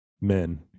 men